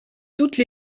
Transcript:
toutes